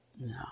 No